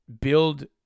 build